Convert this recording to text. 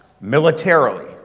militarily